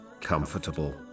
comfortable